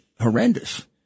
horrendous